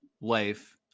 life